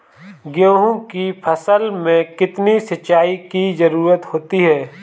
गेहूँ की फसल में कितनी सिंचाई की जरूरत होती है?